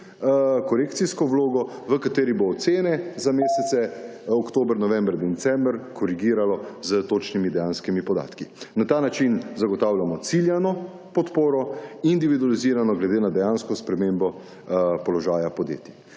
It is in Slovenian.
korekcijsko vlogo, v kateri bo ocene za mesece oktober, november in december korigiralo s točnimi dejanskimi podatki. Na ta način zagotavljamo ciljano podporo, individualizirano glede na dejansko spremembo položaja podjetij.